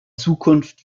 zukunft